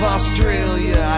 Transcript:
Australia